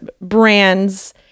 brands